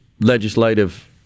legislative